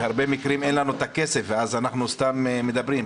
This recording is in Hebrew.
בהרבה מקרים אין לנו את הכסף ואז אנחנו סתם מדברים.